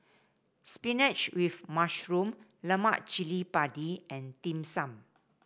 spinach with mushroom Lemak Cili Padi and Dim Sum